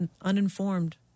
uninformed